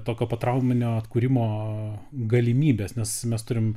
tokio potrauminio atkūrimo galimybės nes mes turim